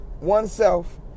oneself